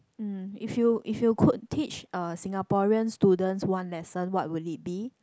um if you if you could teach a Singaporean students one lesson what will it be